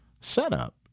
setup